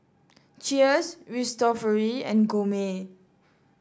Cheers Cristofori and Gourmet